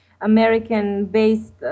American-based